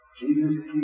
Jesus